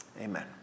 Amen